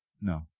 No